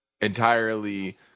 entirely